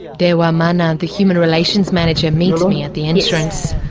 dewa man, ah the human relations manager, meets me at the entrance.